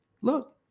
Look